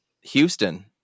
Houston